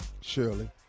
Shirley